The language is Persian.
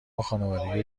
خانوادگی